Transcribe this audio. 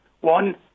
One